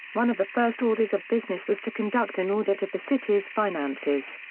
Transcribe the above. one of the first orders of business was to conduct an audit of the city's finances.